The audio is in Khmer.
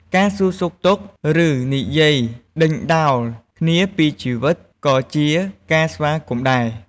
ការសួរសុខទុក្ខ ឬនិយាយដេញដោលគ្នាពីជីវិតក៏ជា ការស្វាគមន៍ដែរ។